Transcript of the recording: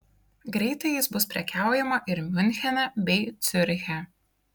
greitai jais bus prekiaujama ir miunchene bei ciuriche